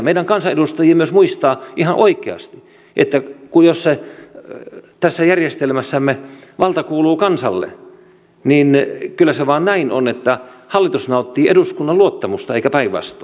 meidän kansanedustajien pitää myös muistaa ihan oikeasti että jos tässä järjestelmässämme valta kuuluu kansalle niin kyllä se vaan näin on että hallitus nauttii eduskunnan luottamusta eikä päinvastoin